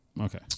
Okay